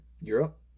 Europe